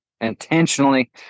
intentionally